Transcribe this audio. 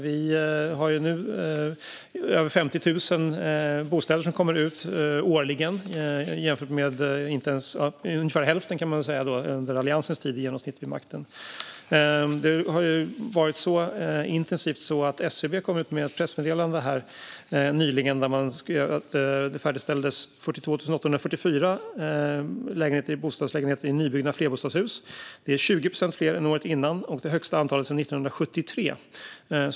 Nu är det över 50 000 bostäder som kommer ut årligen, jämfört med i genomsnitt ungefär hälften under Alliansens tid vid makten. Det har varit så intensivt att SCB nyligen kom med ett pressmeddelande om att det år 2018 färdigställdes 42 844 bostadslägenheter i nybyggda flerbostadshus. Det är 20 procent fler än året före och det högsta antalet sedan 1973.